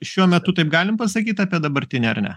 šiuo metu taip galim pasakyti apie dabartinę ar ne